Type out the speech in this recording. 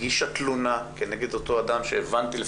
הגישה תלונה כנגד אותו אדם שהבנתי,